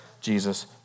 Jesus